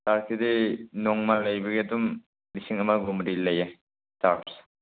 ꯑꯥ ꯑꯗꯨꯗꯤ ꯅꯣꯡꯃ ꯂꯩꯕꯒꯤ ꯑꯗꯨꯝ ꯂꯤꯁꯤꯡ ꯑꯃꯒꯨꯝꯕꯗꯤ ꯂꯩꯌꯦ ꯆꯥꯔꯖ